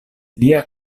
lia